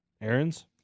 errands